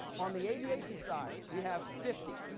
on the aviation side, we have fifty.